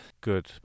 Good